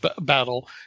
battle